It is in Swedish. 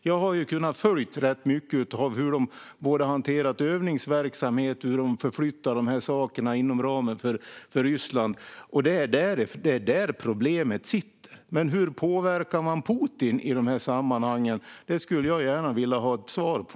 Jag har kunnat följa rätt mycket av hur man har hanterat övningsverksamhet och hur man har förflyttat de här sakerna inom ramen för Ryssland. Det är där problemet sitter. Men hur påverkar man Putin i de här sammanhangen? Det skulle jag gärna vilja ha ett svar på.